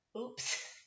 oops